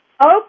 Okay